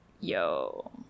Yo